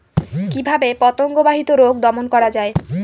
কিভাবে পতঙ্গ বাহিত রোগ দমন করা যায়?